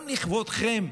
גם לכבודכם,